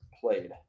played